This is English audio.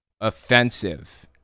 offensive